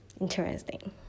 Interesting